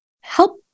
help